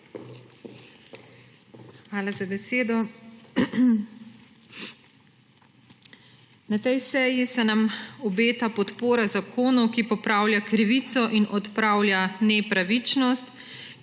Hvala za besedo. Na tej seji se nam obeta podpora zakonu, ki popravlja krivico in odpravlja nepravičnost,